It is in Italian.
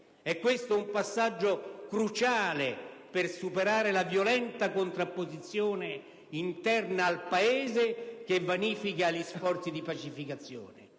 è un passaggio cruciale per superare la violenta contrapposizione interna al Paese, che vanifica gli sforzi di pacificazione.